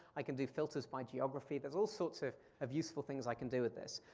i can do filters by geography, there's all sorts of of useful things i can do with this.